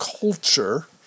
culture